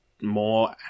more